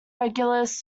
regulars